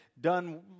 done